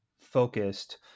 focused